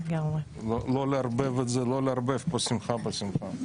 לא לערבב את זה, לא לערבב פה שמחה בשמחה.